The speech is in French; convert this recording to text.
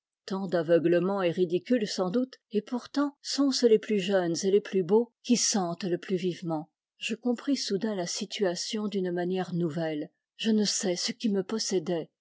tant d'aveuglement est ridicule sans doute et pourtant sont-ce les plus jeunes et les plus beaux qui sentent le plus vivement je compris soudain la situation d'une manière nouvelle je ne sais ce qui me possédait